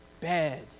bad